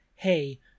hey